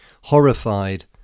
Horrified